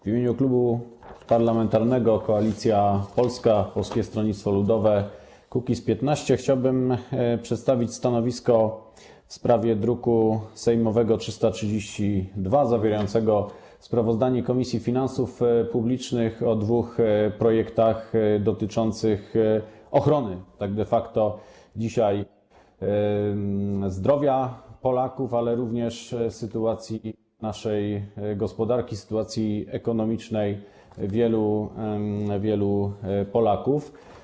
W imieniu Klubu Parlamentarnego Koalicja Polska - Polskie Stronnictwo Ludowe - Kukiz15 chciałbym przedstawić stanowisko w sprawie druku sejmowego nr 332 zawierającego sprawozdanie Komisji Finansów Publicznych o dwóch projektach dotyczących ochrony de facto dzisiaj zdrowia Polaków, ale również sytuacji naszej gospodarki, sytuacji ekonomicznej wielu Polaków.